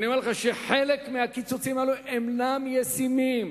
אני אומר לך שחלק מהקיצוצים הללו אינם ישימים.